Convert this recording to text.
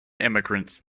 immigrants